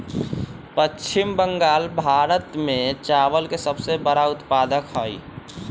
पश्चिम बंगाल भारत में चावल के सबसे बड़ा उत्पादक हई